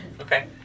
Okay